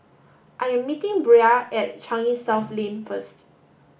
I am meeting Bria at Changi South Lane first